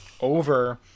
over